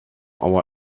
our